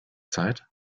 zeit